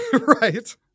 right